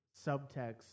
subtext